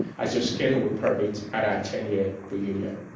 as your schedule will permit at our ten year reunion.